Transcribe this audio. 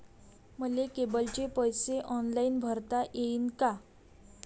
मले केबलचे पैसे ऑनलाईन भरता येईन का?